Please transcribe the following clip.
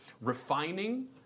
refining